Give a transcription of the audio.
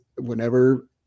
whenever